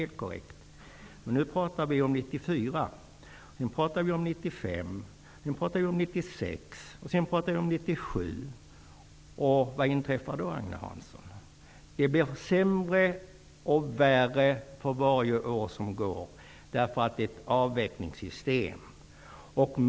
Men nu pratar vi om 1994, sedan pratar vi om 1995, 1996 och 1997 -- vad inträffar då, Agne Hansson? Jo, det blir sämre och sämre för varje år som går, därför att detta är ett avvecklingssystem.